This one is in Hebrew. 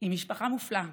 עם משפחה מופלאה,